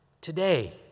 today